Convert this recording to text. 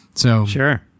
Sure